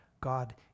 God